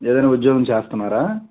ఏదన్న ఉద్యోగం చేస్తున్నారా